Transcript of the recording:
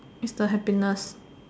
is the happiness